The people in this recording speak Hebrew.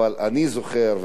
אבל אני זוכר,